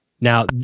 Now